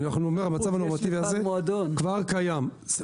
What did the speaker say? המצב הנורמטיבי הזה כבר קיים.